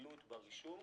ויעילות ברישום.